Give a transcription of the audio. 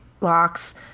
locks